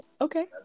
Okay